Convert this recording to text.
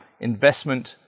investment